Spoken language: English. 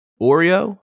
Oreo